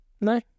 No